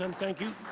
um thank you.